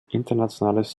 internationales